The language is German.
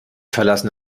verlassen